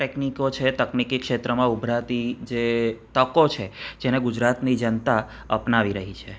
ટેકનિકો છે તકનીકી ક્ષેત્રમાં ઉભરાતી જે તકો છે જેને ગુજરાતની જનતા અપનાવી રહી છે